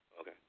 Okay